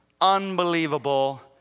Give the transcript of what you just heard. unbelievable